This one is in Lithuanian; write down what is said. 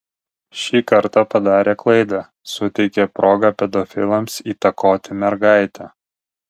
šį kartą padarė klaidą suteikė progą pedofilams įtakoti mergaitę